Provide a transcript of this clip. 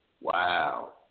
Wow